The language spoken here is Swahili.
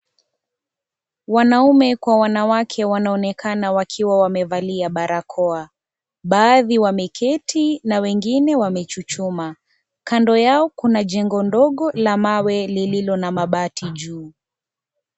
Wanaume kwa wanawake wanaonekana wakiwa wamevalia barakoa. Baadhi wameketi na wengine wamechuchumaa. Kando yao kuna jengo ndogo la mawe lililo na mabati juu.